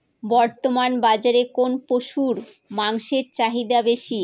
বর্তমান বাজারে কোন পশুর মাংসের চাহিদা বেশি?